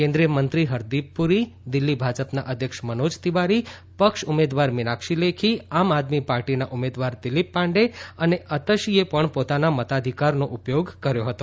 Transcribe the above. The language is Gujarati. કેન્દ્રિય મંત્રી હરદીપપુરી દિલ્હી ભાજપના અધ્યક્ષ મનોજ તિવારી પક્ષ ઉમેદવાર મિનાક્ષી લેખી આમઆદમી પાર્ટીના ઉમેદવાર દિલીપ પાંડે અને અતિશીએ પણ પોતાના મતાધિકારનો ઉપયોગ કર્યો હતો